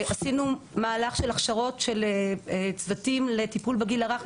עשינו מהלך של הכשרות של צוותים לטיפול בגיל הרך,